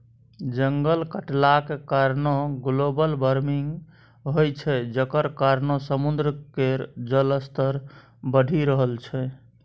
जंगल कटलाक कारणेँ ग्लोबल बार्मिंग होइ छै जकर कारणेँ समुद्र केर जलस्तर बढ़ि रहल छै